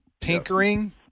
tinkering